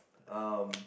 um